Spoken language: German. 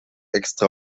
extra